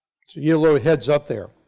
you a little head's up there.